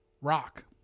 Rock